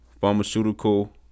pharmaceutical